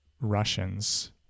Russians